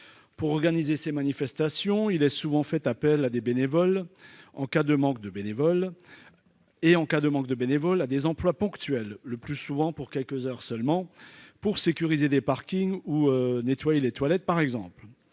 Pour organiser ces manifestations, il est souvent fait appel à des bénévoles et, en cas de manque de bénévoles, à des emplois ponctuels, le plus souvent pour quelques heures seulement, pour sécuriser des parkings ou tenir les toilettes par exemple.